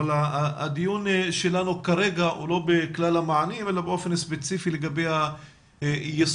אבל הדיון שלנו כרגע הוא לא בכלל המענים אלא באופן ספציפי לגבי היישום